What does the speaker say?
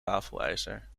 wafelijzer